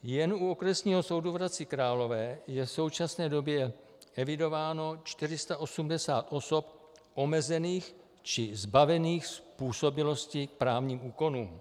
Jen u Okresního soudu v Hradci Králové je v současné době evidováno 480 osob omezených či zbavených způsobilosti k právním úkonům.